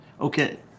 okay